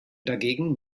dagegen